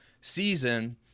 season